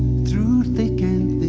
through thick and